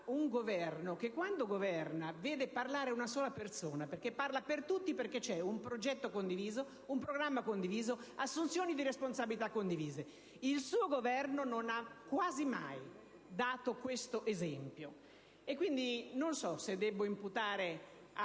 un Governo in cui, quando si governa, parla una sola persona per tutti, perché c'è un progetto condiviso, un programma condiviso, assunzioni di responsabilità condivise. Il suo Governo non ha quasi mai dato questo esempio. Questo non so se debbo imputarlo al